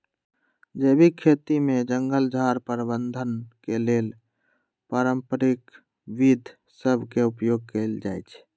जैविक खेती में जङगल झार प्रबंधन के लेल पारंपरिक विद्ध सभ में उपयोग कएल जाइ छइ